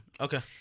Okay